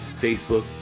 Facebook